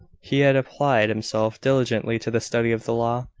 he had applied himself diligently to the study of the law,